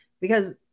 Because-